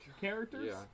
characters